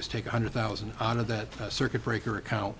is take a hundred thousand out of that circuit breaker account